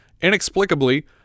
Inexplicably